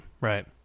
right